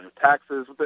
taxes